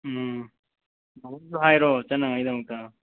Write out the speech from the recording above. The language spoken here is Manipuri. ꯎꯝ ꯅꯥꯎꯕꯤꯗꯨꯁꯨ ꯍꯥꯏꯔꯣ ꯆꯠꯅꯉꯥꯏꯒꯤꯗꯃꯛꯇ